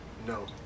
No